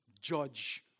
judge